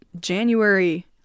January